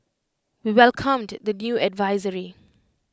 we welcomed the new advisory